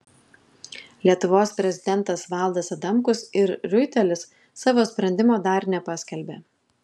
lietuvos prezidentas valdas adamkus ir riuitelis savo sprendimo dar nepaskelbė